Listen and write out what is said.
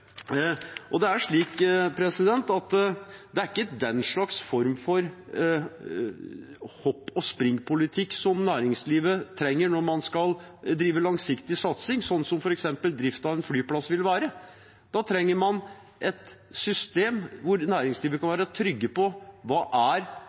Det er ikke den slags form for hopp-og-sprett-politikk næringslivet trenger. Når man skal drive langsiktig satsing som f.eks. drift av en flyplass vil være, trenger man et system hvor næringslivet kan